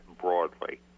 broadly